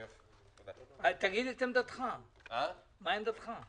תגיד את עמדתך, מהי עמדתך?